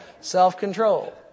Self-control